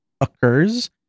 occurs